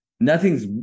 Nothing's